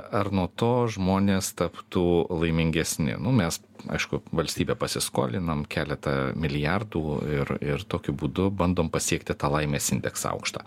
ar nuo to žmonės taptų laimingesni nu mes aišku valstybė pasiskolinam keletą milijardų ir ir tokiu būdu bandom pasiekti tą laimės indeksą aukštą